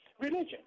religion